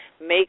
Make